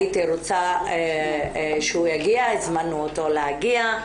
הייתי רוצה שהוא יגיע, הזמנו אותו להגיע.